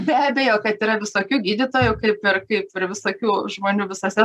be abejo kad yra visokių gydytojų kaip ir kaip ir visokių žmonių visose